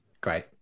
Great